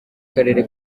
karere